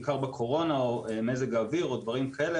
בעיקר בקורונה או במזג אוויר מיוחד וכדומה,